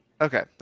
Okay